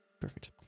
Perfect